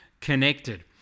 connected